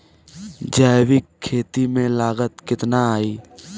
जैविक खेती में लागत कितना आई?